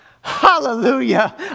Hallelujah